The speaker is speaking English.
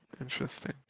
Interesting